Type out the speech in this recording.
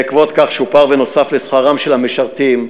בעקבות כך שופר, בנוסף לשכרם של המשרתים,